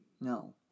no